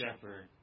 shepherd